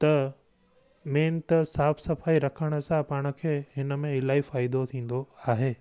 त मेन त साफ़ु सफ़ाई रखण सां पाण खे हिन में इलाही फ़ाइदो थींदो आहे